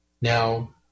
Now